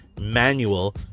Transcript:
manual